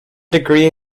degree